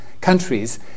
countries